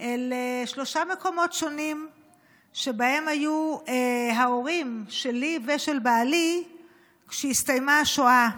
אל שלושה מקומות שונים שבהם היו ההורים שלי ושל בעלי כשהסתיימה השואה.